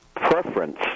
preference